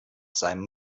seinem